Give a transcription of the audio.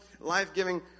life-giving